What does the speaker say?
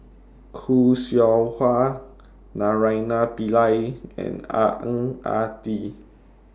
Khoo Seow Hwa Naraina Pillai and Ah Ang Ah Tee